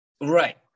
Right